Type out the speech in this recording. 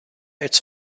its